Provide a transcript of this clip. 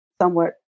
somewhat